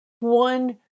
One